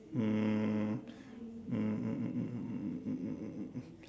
um um um um um um um um um um